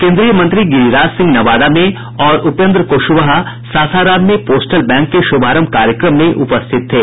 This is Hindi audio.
केंद्रीय मंत्री गिरिराज सिंह नवादा में और उपेन्द्र कुशवाहा सासाराम में पोस्तल बैंक के शुभारंभ कार्यक्रम में उपस्थित थे